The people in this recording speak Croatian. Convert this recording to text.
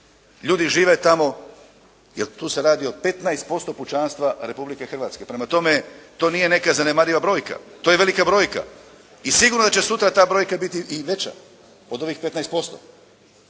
ljudi žive tamo, jer tu se radi o 15% pučanstva Republike Hrvatske. Prema tome, to nije neka zanemariva brojka. To je velika brojka i sigurno da će sutra ta brojka biti i veća od ovih 15%.